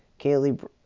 Kaylee